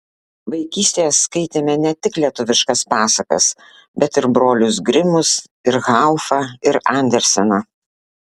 vaikystėje skaitėme ne tik lietuviškas pasakas bet ir brolius grimus ir haufą ir anderseną